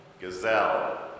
gazelle